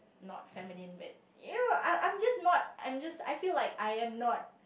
not feminine but you know I'm I'm just not I feel that I am not